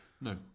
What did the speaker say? no